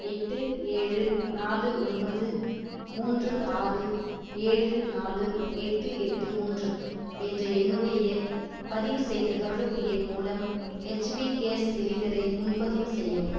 எட்டு ஏழு நாலு ஒன்பது மூன்று ஆறு ஏழு நாலு எட்டு எட்டு மூன்று என்ற என்னுடைய பதிவு செய்த தொடர்பு எண் மூலம் ஹெச்பி கேஸ் சிலிண்டரை முன்பதிவு செய்யவும்